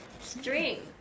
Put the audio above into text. string